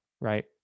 right